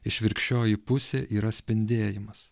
išvirkščioji pusė yra spindėjimas